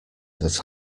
that